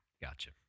Gotcha